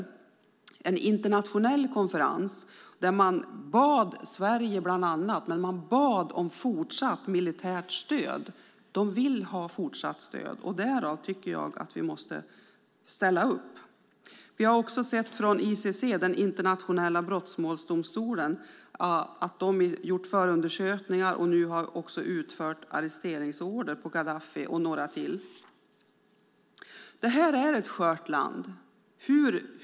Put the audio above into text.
Det var en internationell konferens där man bad Sverige om fortsatt militärt stöd. De vill ha fortsatt stöd, och därför tycker jag att vi måste ställa upp. Vi har också sett att ICC, Internationella brottmålsdomstolen, har gjort förundersökningar och nu har utfäst arresteringsorder på Gaddafi och några till. Det är ett skört land.